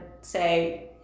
say